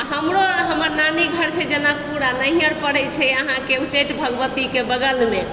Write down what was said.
हमरो आओर हमर नानी घर छै जनकपुर आओर नैहर पड़ै छै अहाँके उच्चैठ भगवतीके बगलमे